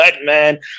man